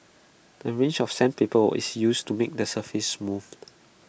A range of sandpaper is used to make the surface smooth